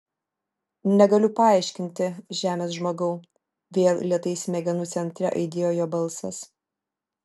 negaliu paaiškinti žemės žmogau vėl lėtai smegenų centre aidėjo jo balsas